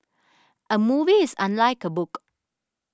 a movie is unlike a book